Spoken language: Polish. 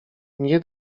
nie